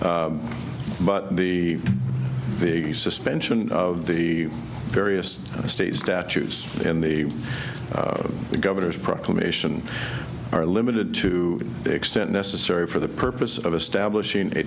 but the big suspension of the various state statutes in the governor's proclamation are limited to the extent necessary for the purpose of establishing a